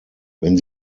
wenn